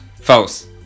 False